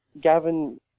Gavin